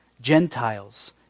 Gentiles